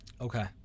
Okay